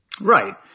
Right